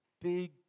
big